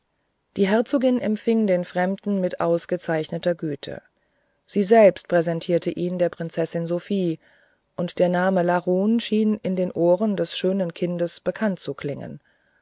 die herzogin empfing den fremden mit ausgezeichneter güte sie selbst präsentierte ihn der prinzessin sophie und der name larun schien in den ohren des schönen kindes bekannt zu klingen